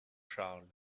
charles